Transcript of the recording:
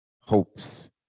hopes